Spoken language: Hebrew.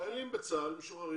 חיילים משוחררים מצה"ל,